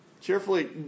cheerfully